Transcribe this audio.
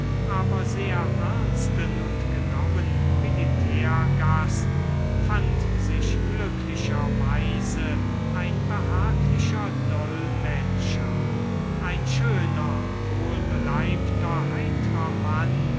aber sehr ernsten und genauen militärgast fand sich glücklicherweise ein behaglicher dolmetscher ein schöner wohlbeleibter heitrer mann